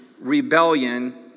rebellion